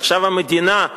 עכשיו המדינה,